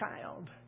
child